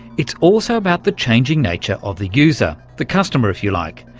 it's also about the changing nature of the user, the customer if you like,